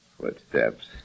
Footsteps